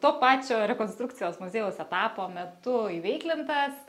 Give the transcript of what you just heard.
to pačio rekonstrukcijos muziejaus etapo metu įveiklintas